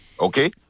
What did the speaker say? okay